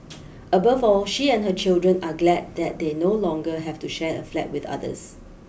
above all she and her children are glad that they no longer have to share a flat with others